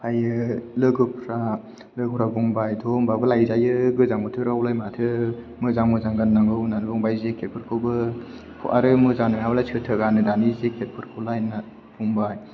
ओमफ्रायो लोगोफोरा बुंबाय थौ होम्बाबो लायजायो गोजां बोथोरावलाय माथो मोजां मोजां गाननांगौ होननानै बुंबाय जेकेटफोरखौबो आरो मोजां नङाब्लाथ' सोरथो गाननो दानि जेकेटफोरखौलाय होनना बुंबाय